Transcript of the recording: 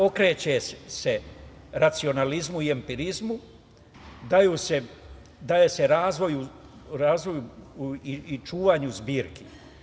Okreće se racionalizmu i empirizmu, daje se razvoju i čuvanju zbirki.